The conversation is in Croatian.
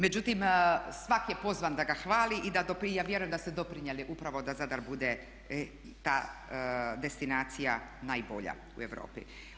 Međutim, svatko je pozvan da ga hvali i ja vjerujem da ste doprinijeli upravo da Zadar bude ta destinacija najbolja u Europi.